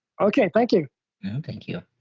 okay thank you thank you.